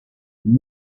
and